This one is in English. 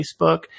Facebook